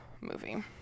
movie